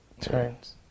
turns